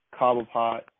Cobblepot